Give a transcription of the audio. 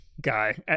guy